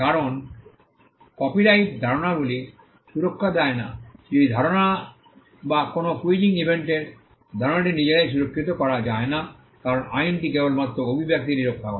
কারণ কপিরাইট ধারণাগুলি সুরক্ষা দেয় না যদি ধারণা বা কোনও কুইজিং ইভেন্টের ধারণাটি নিজেরাই সুরক্ষিত করা যায় না কারণ আইনটি কেবলমাত্র অভিব্যক্তিটিকে রক্ষা করে